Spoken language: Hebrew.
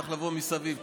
צריך לבוא מסביב.